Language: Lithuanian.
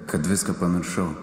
kad viską pamiršau